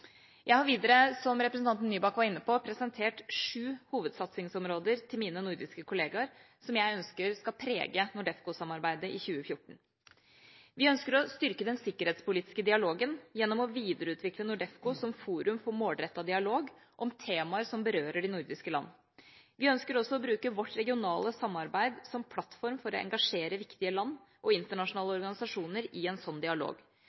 Jeg har videre, som representanten Nybakk var inne på, presentert sju hovedsatsingsområder til mine nordiske kolleger som jeg ønsker skal prege NORDEFCO-samarbeidet i 2014. Vi ønsker å styrke den sikkerhetspolitiske dialogen gjennom å videreutvikle NORDEFCO som forum for målrettet dialog om temaer som berører de nordiske land. Vi ønsker også å bruke vårt regionale samarbeid som plattform for å engasjere viktige land og internasjonale organisasjoner i en sånn dialog.